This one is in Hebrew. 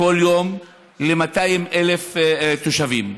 כל יום ל-200,000 תושבים.